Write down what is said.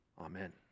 Amen